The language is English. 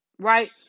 Right